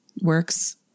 works